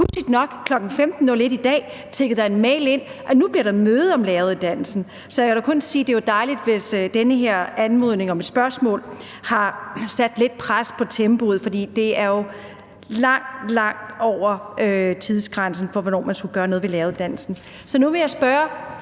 Pudsigt nok, kl. 15.01 i dag, tikkede der en mail ind om, at der nu bliver et møde om læreruddannelsen. Så jeg kan da kun sige, at det er dejligt, hvis den her anmodning om et spørgsmål har sat lidt pres på tempoet, for det er jo langt, langt over tidsgrænsen for, hvornår man skulle gøre noget ved læreruddannelsen. Så nu vil jeg spørge